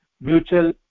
mutual